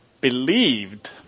believed